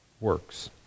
works